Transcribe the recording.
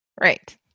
Right